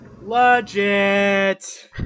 Legit